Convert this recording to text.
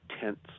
tents